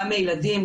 גם מילדים,